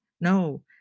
No